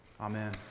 Amen